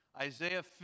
Isaiah